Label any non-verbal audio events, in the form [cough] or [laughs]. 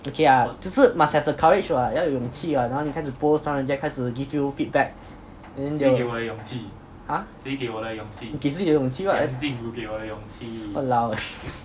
okay lah 就是 must have the courage what 要有勇气 what 然后你开始播 some 然后人家开始 give you feedback and then !huh! 你给自己的勇气啦 !walao! eh [laughs]